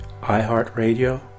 iHeartRadio